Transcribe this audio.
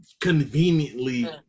conveniently